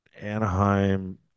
Anaheim